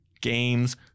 games